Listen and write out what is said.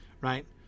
Right